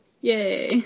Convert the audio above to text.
Yay